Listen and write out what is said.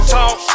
Talk